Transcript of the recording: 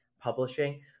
publishing